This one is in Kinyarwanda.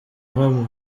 aho